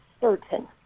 certain